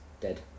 dead